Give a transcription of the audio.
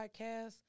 podcast